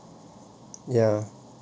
ya